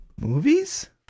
Movies